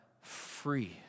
free